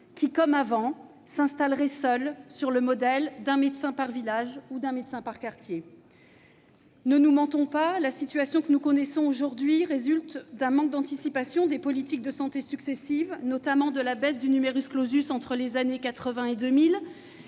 qui, comme avant, s'installeraient seuls, sur le modèle d'un médecin par village ou par quartier. Ne nous mentons pas, la situation que nous connaissons aujourd'hui résulte d'un manque d'anticipation des politiques de santé successives, notamment de la baisse du entre les années 1980 et 2000,